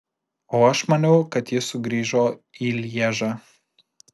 o aš maniau kad jis sugrįžo į lježą